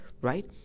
right